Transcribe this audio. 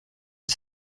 une